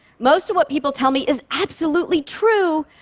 most of what people tell me is absolutely true,